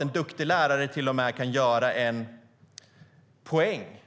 En duktig lärare kan till och med göra en poäng